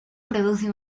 produce